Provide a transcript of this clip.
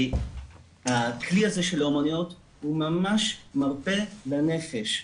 הכלי הזה של האומנויות הוא ממש מרפא לנפש.